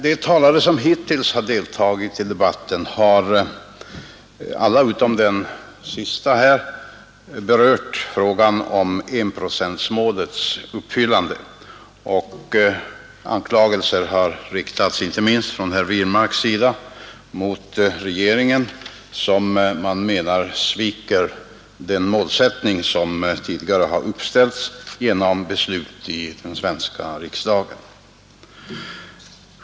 De talare som hittills har deltagit i debatten har alla utom den siste berört frågan om enprocentsmålets uppfyllande. Anklagelser har inte minst från herr Wirmarks sida riktats mot regeringen, som man menar sviker den målsättning som tidigare har uppställts genom beslut i den svenska riksdagen.